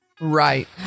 Right